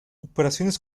operaciones